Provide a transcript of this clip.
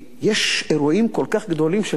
יש אירועים כל כך גדולים שקורים,